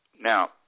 Now